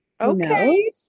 okay